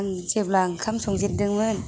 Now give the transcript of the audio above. आं जेब्ला ओंखाम संजेनदों मोन